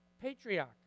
patriarch